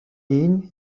این